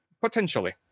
potentially